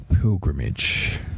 pilgrimage